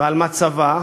ועל מצבה,